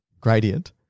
gradient